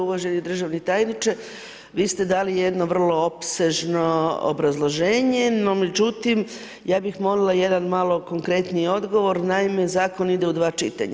Uvaženi državni tajniče, vi ste dali jedno vrlo opsežno obrazloženje, no međutim, ja bi molila jedan malo konkretniji odgovor, naime zakon ide u dva čitanja.